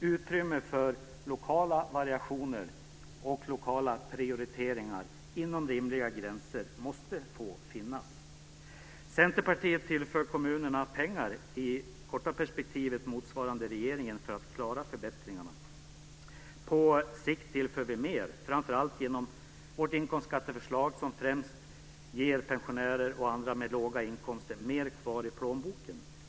Utrymme för lokala variationer och lokala prioriteringar inom rimliga gränser måste få finnas. Centerpartiet tillför kommunerna pengar, i det korta perspektivet motsvarande regeringen, för att klara förbättringarna. På sikt tillför vi mer, framför allt genom vårt inkomstskatteförslag som främst ger pensionärer och andra med låga inkomster mer kvar i plånboken.